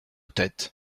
tête